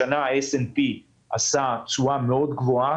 השנה ה-SNP עשה תשואה גבוהה מאוד.